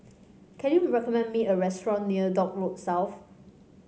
can you recommend me a restaurant near Dock Road South